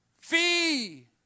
Fee